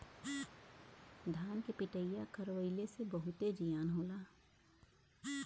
धान के पिटईया करवइले से बहुते जियान होला